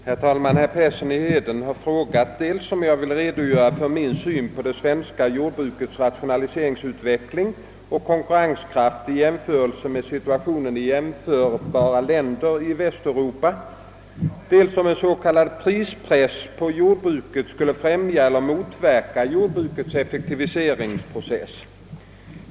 Herr talman! Herr Persson i Heden har frågat dels om jag vill redogöra för min syn på det svenska jordbrukets rationaliseringsutveckling och konkurrenskraft i jämförelse med situationen i jämförbara länder i Västeuropa, dels om en s.k. prispress på jordbruket skulle främja eller motverka jordbrukets effektiviseringsprocess.